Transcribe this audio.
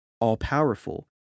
all-powerful